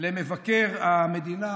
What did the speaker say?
למבקר המדינה.